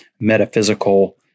metaphysical